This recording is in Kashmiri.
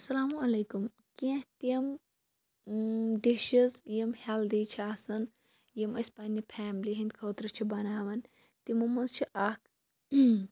اَسَلامُ علیکُم کیٚنٛہہ تِم ڈِشٕز یِم ہٮ۪لدی چھِ آسان یِم أسۍ پنٛنہِ فیملی ہِنٛدۍ خٲطرٕ چھِ بَناوان تِمو منٛز چھِ اَکھ